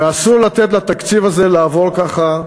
אסור לתת לתקציב הזה לעבור ככה.